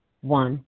One